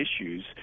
issues